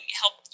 help